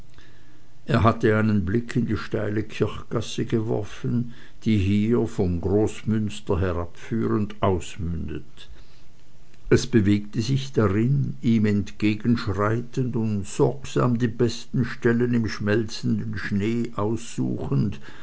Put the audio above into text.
er hatte einen blick in die steile kirchgasse geworfen die hier vom großmünster herabführend ausmündet es bewegte sich darin ihm entgegenschreitend und sorgsam die besten stellen im schmelzenden schnee aussuchend